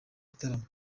gitaramo